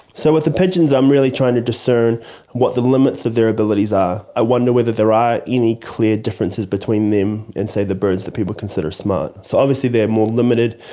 so with the pidgins i'm really trying to discern what the limits of their abilities are. i wonder whether there are any clear differences between them and, say, the birds that people consider smart. so obviously they are more limited,